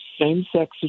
Same-sex